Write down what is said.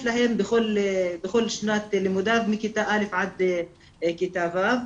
אליהם בכל שנות לימודיו מכיתה א' עד כיתה ו'.